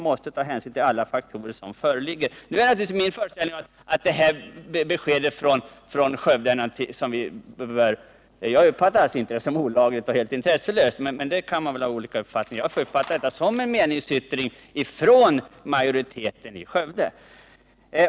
Jag uppfattar inte beskedet från Skövde som olagligt och intresselöst, även om man tydligen kan ha olika uppfattningar på den punkten. Jag uppfattar det som en ineningsyttring från en majoritet i Skövde.